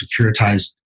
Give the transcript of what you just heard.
securitized